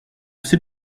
sais